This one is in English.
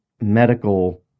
medical